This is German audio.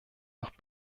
noch